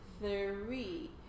three